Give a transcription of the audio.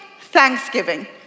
thanksgiving